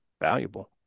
valuable